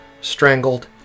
strangled